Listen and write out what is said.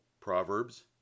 Proverbs